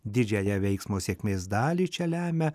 didžiąją veiksmo sėkmės dalį čia lemia